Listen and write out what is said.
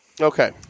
Okay